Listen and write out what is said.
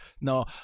no